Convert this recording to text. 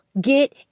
get